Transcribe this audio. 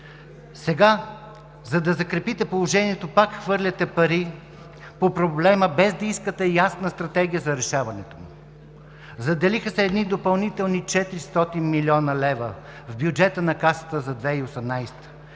Сега, за да закрепите положението, пак хвърляте пари по проблема, без да искате ясна стратегия за решаването му. Заделиха се допълнителни 400 млн. лв. в бюджета на Касата за 2018